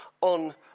on